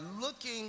looking